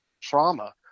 trauma